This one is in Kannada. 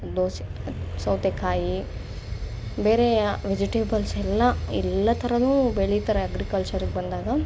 ದೋಸೆ ಸೌತೆಕಾಯಿ ಬೇರೆ ವೆಜಿಟೇಬಲ್ಸೆಲ್ಲ ಎಲ್ಲ ಥರನು ಬೆಳಿತಾರೆ ಅಗ್ರಿಕಲ್ಚರಿಗೆ ಬಂದಾಗ